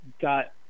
got